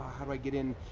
how do i get in?